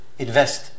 invest